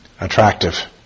attractive